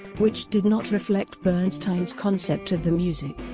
which did not reflect bernstein's concept of the music.